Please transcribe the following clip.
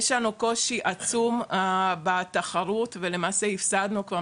יש לנו קושי עצום בתחרות ולמעשה הפסדנו כבר